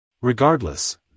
Regardless